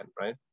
right